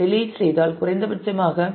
delete செய்தல் குறைந்தபட்சமாக